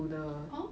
oh